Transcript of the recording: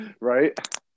Right